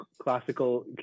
Classical